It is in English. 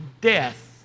death